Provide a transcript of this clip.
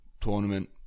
tournament